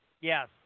Yes